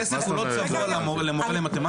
אבל כסף הוא לא צבוע למורים למתמטיקה?